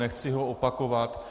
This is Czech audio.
Nechci ho opakovat.